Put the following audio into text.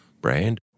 brand